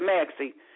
Maxie